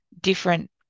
different